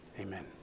Amen